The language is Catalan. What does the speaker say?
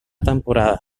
temporada